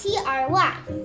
T-R-Y